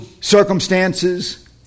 circumstances